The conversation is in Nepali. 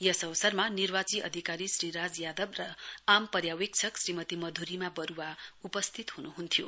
यस अवसरमा निर्वाची अधिकारी श्री राज यादव र आम पर्यावेक्षक श्रीमती मधुरिमा वरुवा उपस्थित हुनुहुन्थ्यो